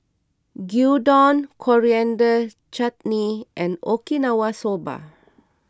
Gyudon Coriander Chutney and Okinawa Soba